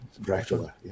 Dracula